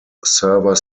server